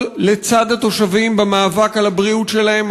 לצד התושבים במאבק על הבריאות שלהם,